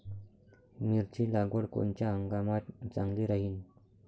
मिरची लागवड कोनच्या हंगामात चांगली राहीन?